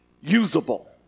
usable